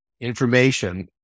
information